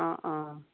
অঁ অঁ